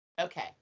Okay